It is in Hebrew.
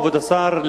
כבוד השר,